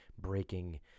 breaking